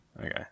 Okay